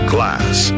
Class